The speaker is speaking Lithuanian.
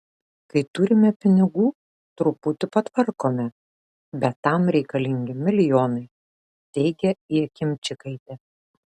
kai turime pinigų truputį patvarkome bet tam reikalingi milijonai teigia jakimčikaitė